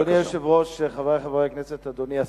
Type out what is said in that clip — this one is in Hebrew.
אדוני היושב-ראש, חברי חברי הכנסת, אדוני השר,